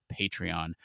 patreon